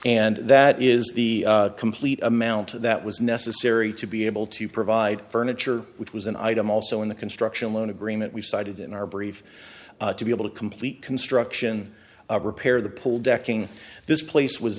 and that is the complete amount that was necessary to be able to provide furniture which was an item also in the construction loan agreement we cited in our brief to be able to complete construction repair the pool decking this place was